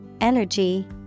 energy